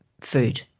food